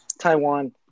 Taiwan